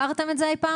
תחקרתם את זה אי פעם?